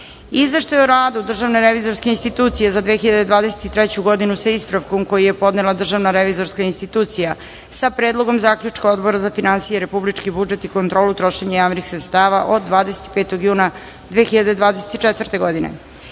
Izveštaj o radu Državne revizorske institucije za 2023. godinu, sa ispravkom, koji je podnela Državna revizorska institucija, sa Predlogom zaključka Odbora za finansije, republički budžet i kontrolu trošenja javnih sredstava od 25. juna 2024. godine;38.